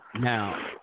Now